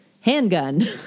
handgun